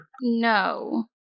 No